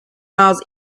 miles